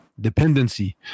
dependency